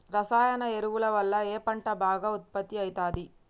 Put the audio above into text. రసాయన ఎరువుల వల్ల ఏ పంట బాగా ఉత్పత్తి అయితది?